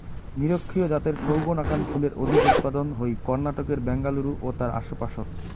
নিরক্ষীয় জাতের সৌগ নাকান ফুলের অধিক উৎপাদন হই কর্ণাটকের ব্যাঙ্গালুরু ও তার আশপাশত